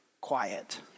quiet